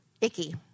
icky